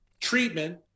treatment